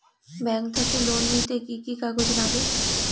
Bank থাকি loan নিতে কি কি কাগজ নাগে?